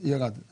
ירד.